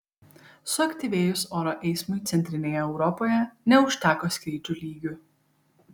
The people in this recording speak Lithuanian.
suaktyvėjus oro eismui centrinėje europoje neužteko skrydžių lygių